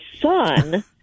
son